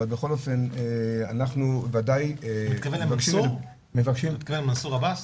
אתה מתכוון למנסור עבס?